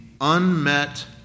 unmet